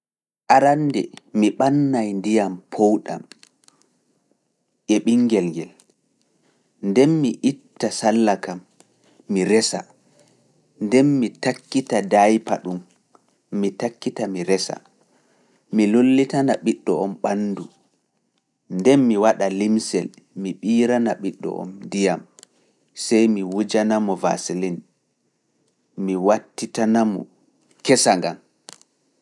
Arannde mi ɓannaay ndiyam powɗam e ɓingel ngel, nden mi itta salla kam, mi resa, nden mi takkita daaypa ɗum, mi takkita mi resa, mi lullitana ɓiɗɗo on ɓanndu, nden mi waɗa limsel, mi ɓiirana ɓiɗɗo on ndiyam, sey mi wujana mo vaaselene, nden mi wattitana mo kesa ngan.